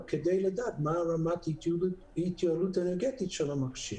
כדי לדעת מה רמת ההתייעלות האנרגטית של המכשיר.